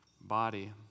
body